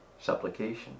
Supplication